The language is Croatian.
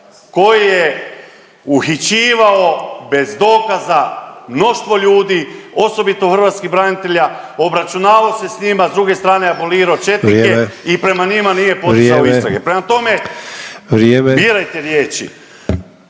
koji je uhićivao bez dokaza mnoštvo ljudi osobito hrvatskih branitelja, obračunavao se sa njima. S druge strane abolirao četnike … …/Upadica Sanader: Vrijeme./… … i prema njima nije podizao istrage. Prema tome, birajte riječi.